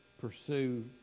pursue